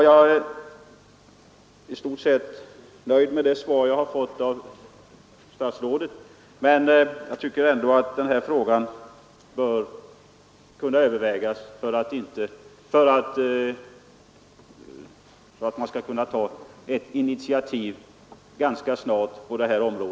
Jag tycker att den här frågan som gäller kassett-TV för sjöfolket bör kunna övervägas så att man ganska snart kan ta ett initiativ.